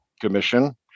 commission